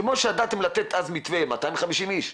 כמו שידעתם אז לתת מתווה של 250 איש.